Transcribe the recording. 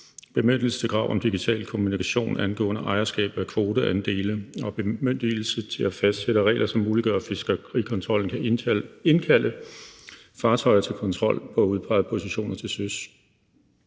bemyndigelse til krav om digital kommunikation angående ejerskab af kvoteandele og bemyndigelse til at fastsætte regler, som muliggør, at Fiskerikontrollen kan indkalde fartøjer til kontrol på udpegede positioner til søs.